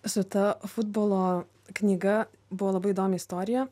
su ta futbolo knyga buvo labai įdomi istorija